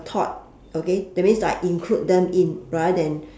thought okay that means like include them in rather than